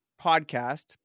podcast